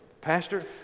Pastor